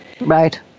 right